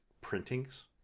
printings